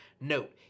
Note